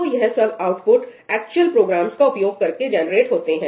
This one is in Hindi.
तो यह सब आउटपुट एक्चुअल प्रोग्राम्स का उपयोग करके जनरेट होते हैं